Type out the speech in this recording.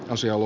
asialla